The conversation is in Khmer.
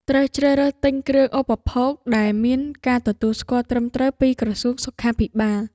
ត្រូវជ្រើសរើសទិញគ្រឿងឧបភោគដែលមានការទទួលស្គាល់ត្រឹមត្រូវពីក្រសួងសុខាភិបាល។